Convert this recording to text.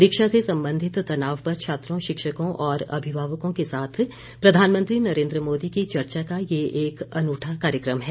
परीक्षा से संबंधित तनाव पर छात्रों शिक्षकों और अभिभावकों के साथ प्रधानमंत्री नरेन्द्र मोदी की चर्चा का ये एक अनूठा कार्यक्रम है